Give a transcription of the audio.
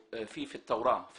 על השירות הגדול שלכם שעשיתם